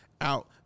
out